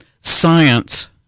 science